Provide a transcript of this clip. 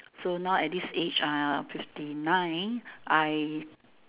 so now at this age uh fifty nine I